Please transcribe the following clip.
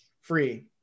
free